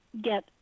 get